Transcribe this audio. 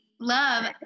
love